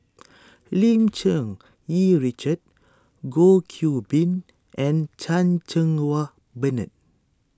Lim Cherng Yih Richard Goh Qiu Bin and Chan Cheng Wah Bernard